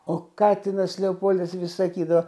o katinas leopoldas visa kido